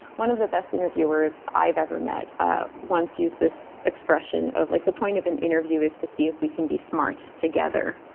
one of the best interviewers i've ever met once used this expression, or like the point of an interview is to see if we can be smart together.